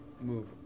move